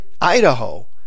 Idaho